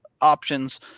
options